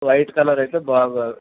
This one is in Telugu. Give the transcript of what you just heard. వైట్ కలర్ అయితే బాగా